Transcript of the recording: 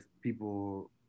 people